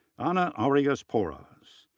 ana arias porras,